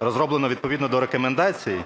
розроблено відповідно до рекомендацій,